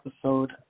episode